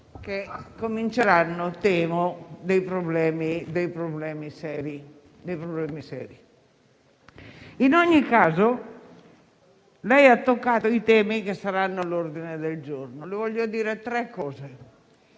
che cominceranno - temo - dei problemi seri. In ogni caso, lei ha toccato i temi che saranno all'ordine del giorno. Le voglio dire tre cose,